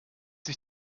sich